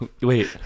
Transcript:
Wait